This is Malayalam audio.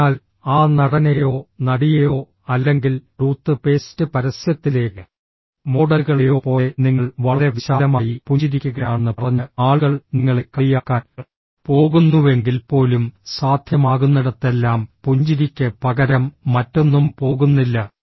അതിനാൽ ആ നടനെയോ നടിയെയോ അല്ലെങ്കിൽ ടൂത്ത് പേസ്റ്റ് പരസ്യത്തിലെ മോഡലുകളെയോ പോലെ നിങ്ങൾ വളരെ വിശാലമായി പുഞ്ചിരിക്കുകയാണെന്ന് പറഞ്ഞ് ആളുകൾ നിങ്ങളെ കളിയാക്കാൻ പോകുന്നുവെങ്കിൽപ്പോലും സാധ്യമാകുന്നിടത്തെല്ലാം പുഞ്ചിരിക്ക് പകരം മറ്റൊന്നും പോകുന്നില്ല